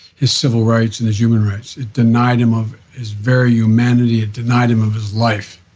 his civil rights and his human rights. it denied him of his very humanity. it denied him of his life.